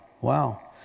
wow